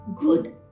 good